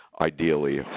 ideally